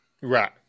Right